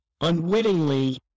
unwittingly